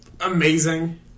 amazing